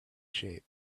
shape